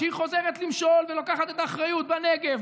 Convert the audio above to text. שהיא חוזרת למשול ולוקחת את האחריות בנגב,